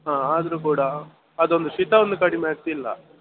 ಆದರೂ ಕೂಡ ಅದೊಂದು ಶೀತ ಒಂದು ಕಡಿಮೆ ಆಗ್ತಿಲ್ಲ